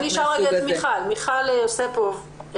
מיכל יוספוף,